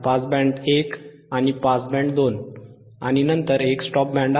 pass band एक आणि pass band दोन आणि एक स्टॉप बँड